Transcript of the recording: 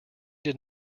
did